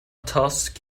tusk